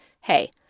hey